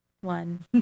one